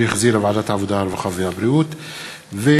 11, אין נמנעים, אין מתנגדים.